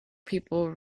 people